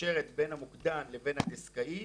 שמתקשרת בין המוקדן לבין הדסקאי,